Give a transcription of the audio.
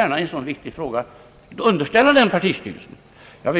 En så viktig fråga vill jag gärna underställa partistyrelsen. Det